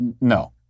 no